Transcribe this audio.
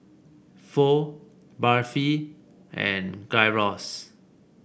Pho Barfi and Gyros